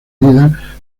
medida